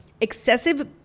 excessive